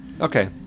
Okay